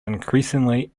increasingly